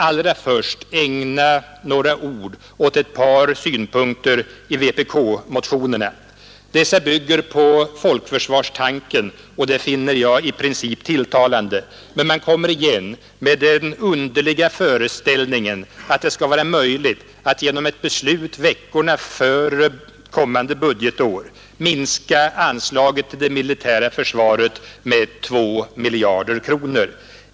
Allra först vill jag ägna några ord åt ett par synpunkter i vpk-motionerna. Dessa bygger på folkförsvarstanken. Det finner jag i princip tilltalande. Men man kommer igen med den underliga föreställningen att det skall vara möjligt att genom ett beslut veckorna före kommande budgetår i ett slag minska anslaget till det militära försvaret med 2 miljarder kronor.